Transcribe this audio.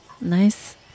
Nice